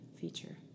feature